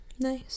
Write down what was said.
Nice